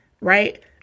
right